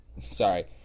Sorry